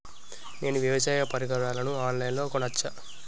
నేను వ్యవసాయ పరికరాలను ఆన్ లైన్ లో కొనచ్చా?